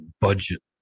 budget